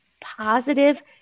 Positive